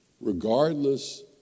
regardless